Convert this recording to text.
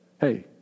Hey